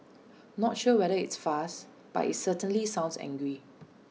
not sure whether it's fast but IT certainly sounds angry